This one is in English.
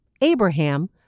Abraham